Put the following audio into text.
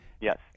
Yes